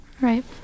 Right